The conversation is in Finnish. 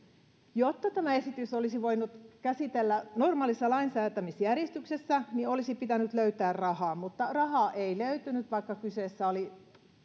jotta tämä esitys olisi voitu käsitellä normaalissa lainsäätämisjärjestyksessä olisi pitänyt löytää rahaa mutta rahaa ei löytynyt vaikka kyseessä oli